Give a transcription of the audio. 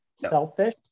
Selfish